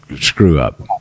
screw-up